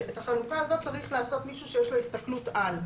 את החלוקה הזאת צריך לעשות מישהו שיש לו הסתכלות על,